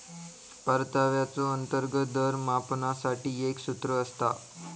परताव्याचो अंतर्गत दर मापनासाठी एक सूत्र असता